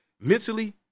mentally